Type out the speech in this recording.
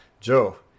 Joe